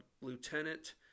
lieutenant